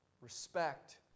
respect